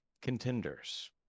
contenders